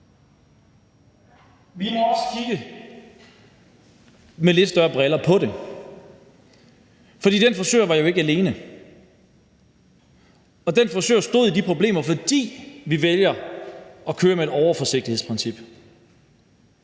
Vi må også have et lidt større blik på det, for den frisør var jo ikke alene, og den frisør stod i de problemer, fordi vi vælger at køre med et overforsigtighedsprincip,